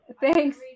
Thanks